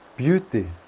beauty